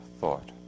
thought